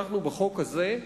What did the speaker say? בחוק הזה,